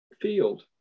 field